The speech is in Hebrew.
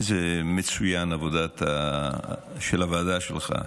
זה מצוין, העבודה של הוועדה שלך,